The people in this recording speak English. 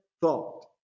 thought